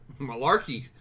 Malarkey